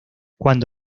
cuando